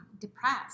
depressed